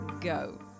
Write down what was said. go